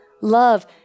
Love